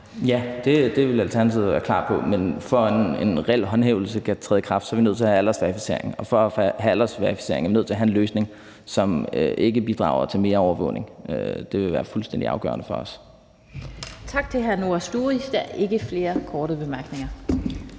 Ja, det vil Alternativet være klar på. Men for at en reel håndhævelse kan træde i kraft, er vi nødt til at have aldersverificering, og for at have aldersverificering er vi nødt til at have en løsning, som ikke bidrager til mere overvågning. Det vil være fuldstændig afgørende for os. Kl. 16:57 Den fg. formand (Annette Lind): Tak til hr. Noah Sturis. Der er ikke flere korte bemærkninger.